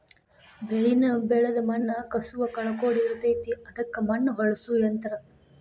ಬೆಳಿನ ಬೆಳದ ಮಣ್ಣ ಕಸುವ ಕಳಕೊಳಡಿರತತಿ ಅದಕ್ಕ ಮಣ್ಣ ಹೊಳ್ಳಸು ಯಂತ್ರ